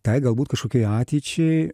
tai galbūt kažkokiai ateičiai